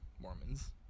Mormons